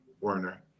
Werner